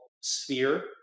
sphere